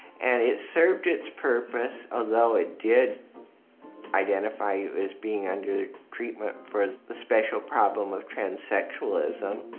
and it served its purpose, although it did identify you as being under treatment for the special problem of transsexualism.